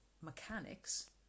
mechanics